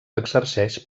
exerceix